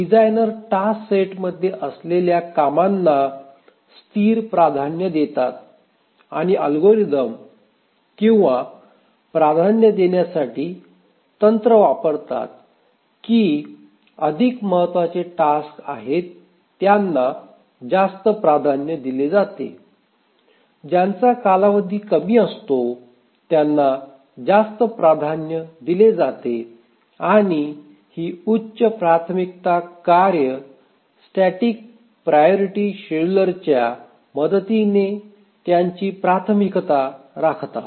designer task सेटमध्ये असलेल्या कामांना स्थिर प्राधान्य देतात आणि अल्गोरिदम किंवा प्राधान्य देण्यासाठी तंत्र वापरतात की अधिक महत्वाचे टास्क आहेत त्यांना जास्त प्राधान्य दिले जाते ज्यांचा कालावधी कमी असतो त्यांना जास्त प्राधान्य दिले जाते आणि ही उच्च प्राथमिकता कार्ये स्टॅटिक प्रायोरिटी शेड्यूलरच्या मदतीने त्यांची प्राथमिकता राखतात